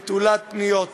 נטולת פניות,